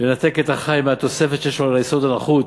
לנתק את החי מהתוספת שיש לו על היסוד הנחות,